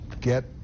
get